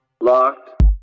Locked